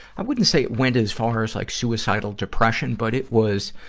i wouldn't say it went as far as like suicidal depression. but it was,